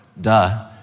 duh